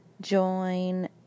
join